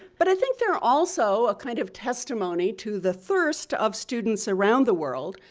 but i think they're also a kind of testimony to the thirst of students around the world,